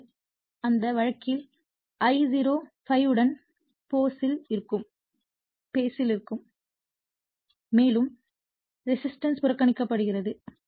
எனவே அந்த வழக்கில் I0 ∅ உடன் பேஸ் ல் இருக்கும் மேலும் ரெசிஸ்டன்ஸ் புறக்கணிக்கப்படுகிறது